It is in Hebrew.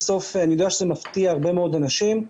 אני יודע שזה מפתיע הרבה מאוד אנשים,